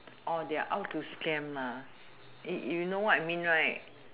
or they are out to scam lah you know what I mean right